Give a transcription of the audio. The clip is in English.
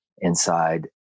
inside